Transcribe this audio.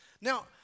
Now